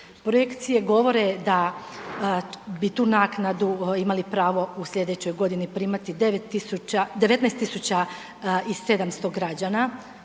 Projekcije govore da bi tu naknadu imali pravo u sljedećoj godini primati 19 700 građana.